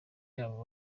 yabo